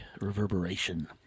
reverberation